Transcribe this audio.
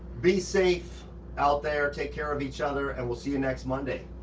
be safe out there, take care of each other and we'll see you next monday.